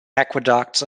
aqueducts